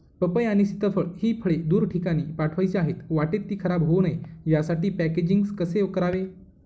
पपई आणि सीताफळ हि फळे दूर ठिकाणी पाठवायची आहेत, वाटेत ति खराब होऊ नये यासाठी पॅकेजिंग कसे करावे?